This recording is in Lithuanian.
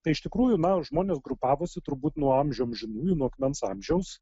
tai iš tikrųjų na žmonės grupavosi turbūt nuo amžių amžinųjų nuo akmens amžiaus